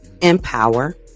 empower